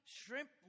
shrimp